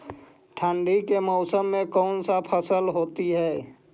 ठंडी के मौसम में कौन सा फसल होती है?